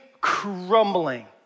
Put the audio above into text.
crumbling